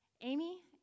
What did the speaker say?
Amy